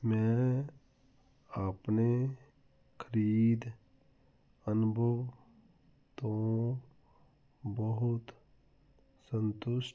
ਮੈਂ ਆਪਣੇ ਖਰੀਦ ਅਨੁਭਵ ਤੋਂ ਬਹੁਤ ਸੰਤੁਸ਼ਟ